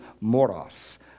moros